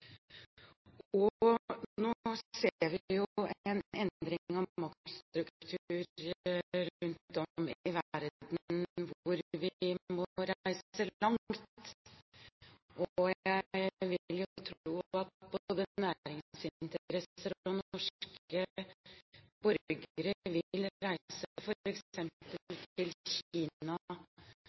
langt. Nå ser vi jo en endring av maktstruktur rundt om i verden, hvor vi må reise langt. Jeg vil jo tro at både næringsinteresser og norske borgere vil reise til f.eks. Kina,